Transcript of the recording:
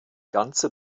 ganze